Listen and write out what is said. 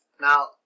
Now